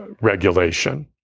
regulation